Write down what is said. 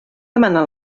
demana